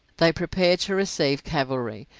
they prepared to receive cavalry,